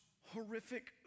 horrific